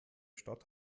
stadt